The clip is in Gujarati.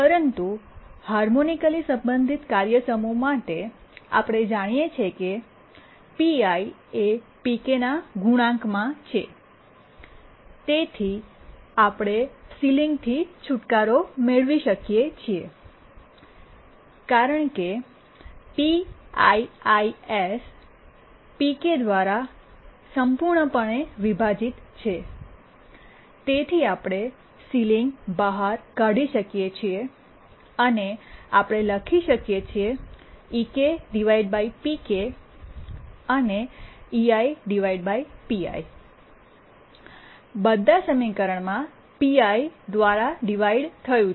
પરંતુ હાર્મોનિકલી સંબંધિત કાર્ય સમૂહ માટે આપણે જાણીએ છીએ કે પીઆઈ એ પીકેના ગુણાંક માં છે તેથીઆપણે સીલીંગ છૂટકારો મેળવી શકીએ છીએ કારણ કે પીઆઈઆઈએસ પીકે દ્વારા સંપૂર્ણપણે વિભાજીત છે તેથીઆપણે સીલીંગ બહાર કાઢી શકીએ છીએ અને આપણે લખી શકીએ છીએ અને બધા સમીકરણમાં pi દ્વારા ડિવાઇડ થયું છે